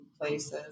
places